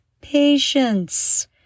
patience